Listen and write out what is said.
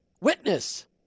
witness